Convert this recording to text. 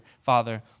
Father